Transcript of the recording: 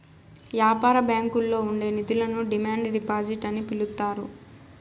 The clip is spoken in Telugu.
యాపార బ్యాంకుల్లో ఉండే నిధులను డిమాండ్ డిపాజిట్ అని పిలుత్తారు